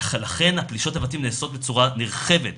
לכן הפלישות לבתים נעשות בצורה נרחבת,